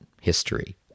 history